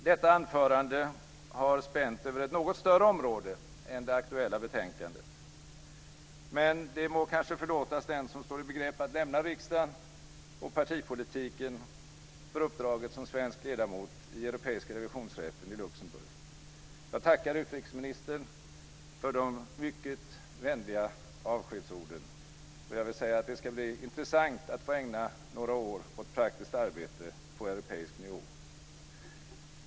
Detta anförande har spänt över ett något större område än det aktuella betänkandet. Men det må kanske förlåtas den som står i begrepp att lämna riksdagen och partipolitiken för uppdraget som svensk ledamot av Europeiska revisionsrätten i Luxemburg. Jag tackar utrikesministern för de mycket vänliga avskedsorden. Jag vill säga att det ska bli intressant att få ägna några år åt praktiskt arbete på europeisk nivå.